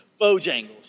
Bojangles